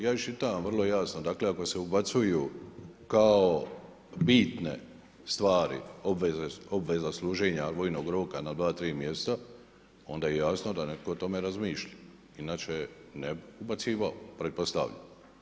Ja iščitavam vrlo jasno, dakle, ako se ubacuju kao bitne stvari, obveza služenja vojnog roka na 2, 3 mjesta, onda je jasno da netko o tome razmišlja, inače ne bi … pretpostavljam.